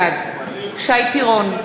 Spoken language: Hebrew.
בעד שי פירון,